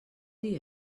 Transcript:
dir